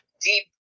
deep